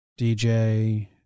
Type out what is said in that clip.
DJ